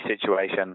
situation